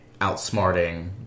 outsmarting